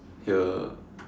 hear